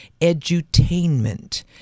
edutainment